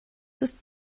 ist